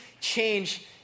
change